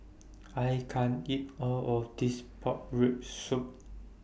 I can't eat All of This Pork Rib Soup